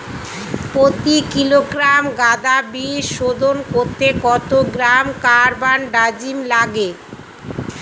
প্রতি কিলোগ্রাম গাঁদা বীজ শোধন করতে কত গ্রাম কারবানডাজিম লাগে?